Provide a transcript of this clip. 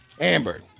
Amber